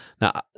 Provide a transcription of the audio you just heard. now